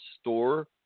store